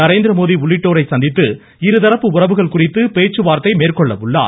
நரேந்திரமோடி உள்ளிட்டோரை சந்தித்து இருதரப்பு உறவுகள் குறித்து பேச்சுவார்த்தை மேற்கொள்ள உள்ளார்